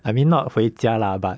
I mean not 回家 lah but